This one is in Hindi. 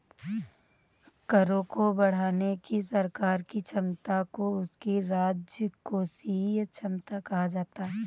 करों को बढ़ाने की सरकार की क्षमता को उसकी राजकोषीय क्षमता कहा जाता है